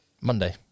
Monday